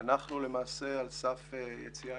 אנחנו למעשה על סף יציאה